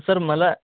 sir मला